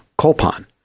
Kolpon